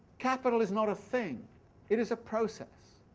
capital is not a thing it is a process